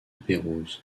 pérouse